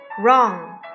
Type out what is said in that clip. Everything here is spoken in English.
wrong